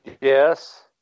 Yes